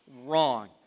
wrong